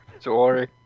sorry